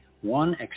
one